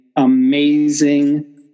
amazing